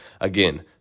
again